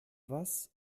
was